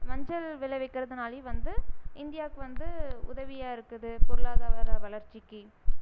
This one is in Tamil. மஞ்சள் விளைவிற்கிறதுனாலையும் வந்து இந்தியாவுக்கு வந்து உதவியாயிருக்குது பொருளாதார வளர்ச்சிக்கு